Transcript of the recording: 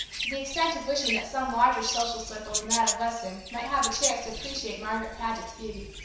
to the extent of wishing that some larger social circle than that of weston might have a chance to appreciate margaret paget's beauty,